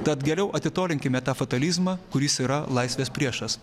tad geriau atitolinkite tą fatalizmą kuris yra laisvės priešas